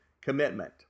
commitment